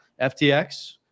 FTX